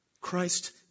Christ